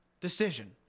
decision